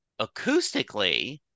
acoustically